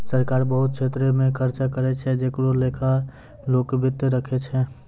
सरकार बहुत छेत्र मे खर्चा करै छै जेकरो लेखा लोक वित्त राखै छै